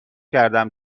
کردم